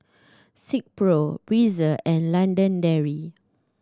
Silkpro Breezer and London Dairy